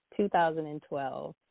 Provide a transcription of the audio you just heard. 2012